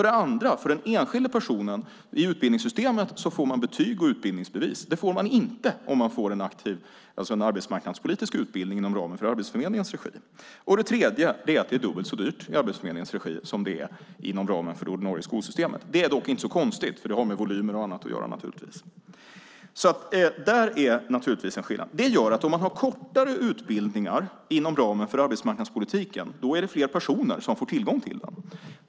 Det andra är att den enskilde personen i utbildningssystemet får betyg och utbildningsbevis. Det får man inte om man får en arbetsmarknadspolitisk utbildning i Arbetsförmedlingens regi. Det tredje är att det är dubbelt så dyrt i Arbetsförmedlingens regi som det är inom ramen för det ordinarie skolsystemet. Det är dock inte så konstigt, för det har med volymer och annat att göra. Det här är naturligtvis en skillnad. Om man har kortare utbildningar inom ramen för arbetsmarknadspolitiken är det fler personer som får tillgång till dem.